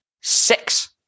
six